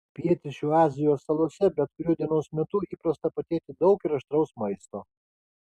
pietryčių azijos salose bet kuriuo dienos metu įprasta patiekti daug ir aštraus maisto